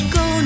go